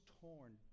torn